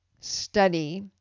study